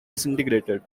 disintegrated